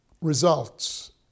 results